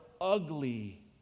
ugly